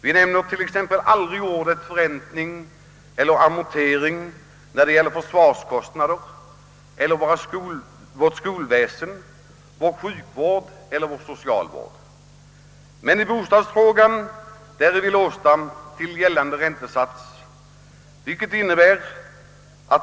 Vi nämner t.ex. aldrig orden förräntning eller amortering i samband med kostnader för vårt försvar, vårt skolväsen, vår sjukvård eller vår socialvård, men i bostadsfrågan är vi låsta av gällande räntesats.